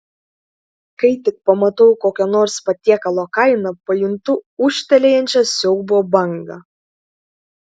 kai tik pamatau kokio nors patiekalo kainą pajuntu ūžtelėjančią siaubo bangą